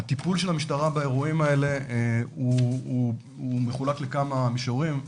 הטיפול של המשטרה באירועים האלה מחולק לכמה מישורים.